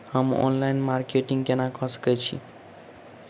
हम online marketing केना कऽ सकैत छी?